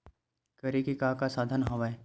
करे के का का साधन हवय?